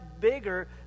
bigger